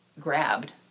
grabbed